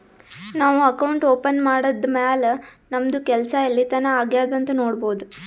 ನಾವು account open ಮಾಡದ್ದ್ ಮ್ಯಾಲ್ ನಮ್ದು ಕೆಲ್ಸಾ ಎಲ್ಲಿತನಾ ಆಗ್ಯಾದ್ ಅಂತ್ ನೊಡ್ಬೋದ್